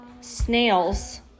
snails